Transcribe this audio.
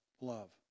love